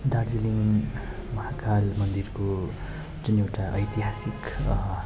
दार्जिलिङ महाकाल मन्दिरको जुन एउटा ऐतिहसिक